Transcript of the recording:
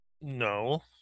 no